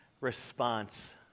response